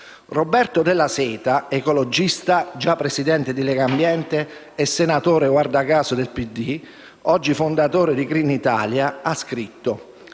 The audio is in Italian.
Roberto Della Seta, ecologista, già presidente di Legambiente e senatore del PD, oggi fondatore di Green Italia, ha scritto